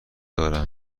دارم